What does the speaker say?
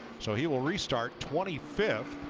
so he will restart twenty fifth.